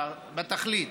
בתכלית